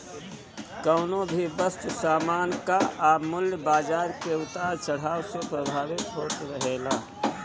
कवनो भी वस्तु सामान कअ मूल्य बाजार के उतार चढ़ाव से प्रभावित होत रहेला